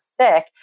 sick